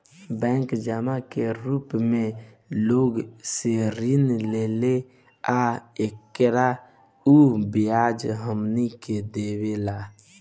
bank जमा के रूप मे लोग से ऋण लेला आ एकर उ ब्याज हमनी के देवेला